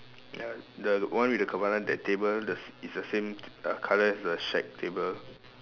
ya the one with the cabana that table the s~ is the same uh colour as the shack table